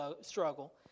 struggle